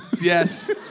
Yes